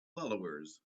followers